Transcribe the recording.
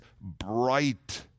bright